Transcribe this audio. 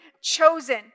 chosen